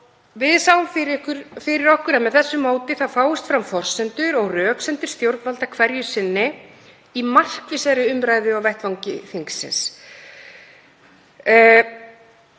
Við sjáum fyrir okkur að með þessu móti fáist fram forsendur og röksemdir stjórnvalda hverju sinni í markvissari umræðu á vettvangi þingsins.